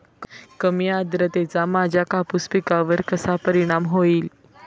कमी आर्द्रतेचा माझ्या कापूस पिकावर कसा परिणाम होईल?